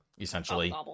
essentially